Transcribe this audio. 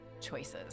Choices